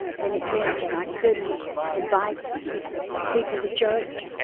and it meant that i couldn't invite people to church